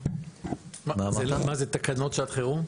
מה זה, תקנות שעת חירום?